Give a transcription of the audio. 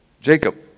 Jacob